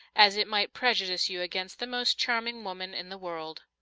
as it might prejudice you against the most charming woman in the world.